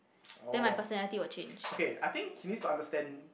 oh okay I think he needs to understand